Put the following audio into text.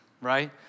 right